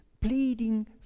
pleading